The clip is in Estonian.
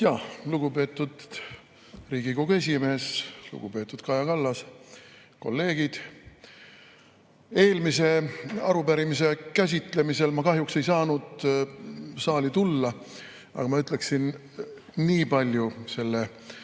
Jah, lugupeetud Riigikogu esimees! Lugupeetud Kaja Kallas! Kolleegid! Eelmise arupärimise käsitlemisel ma kahjuks ei saanud saali tulla, aga ma ütleksin niipalju selle